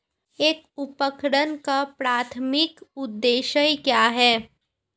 एक उपकरण का प्राथमिक उद्देश्य क्या है?